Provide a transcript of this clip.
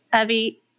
Evie